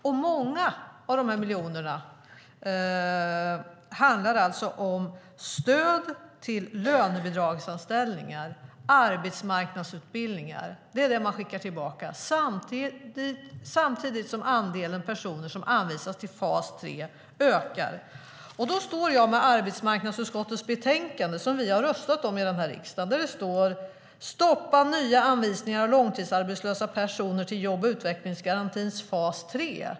Och många av de miljoner som man skickar tillbaka handlar om stöd till lönebidragsanställningar och arbetsmarknadsutbildningar, samtidigt som andelen personer som anvisas till fas 3 ökar. Då står jag här med arbetsmarknadsutskottets betänkande, som vi har röstat om i den här riksdagen. Där står det: Stoppa nya anvisningar av långtidsarbetslösa personer till jobb och utvecklingsgarantins fas 3.